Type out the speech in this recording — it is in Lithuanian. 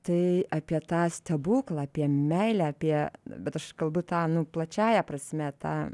tai apie tą stebuklą apie meilę apie bet aš kalbu tą nu plačiąja prasme tą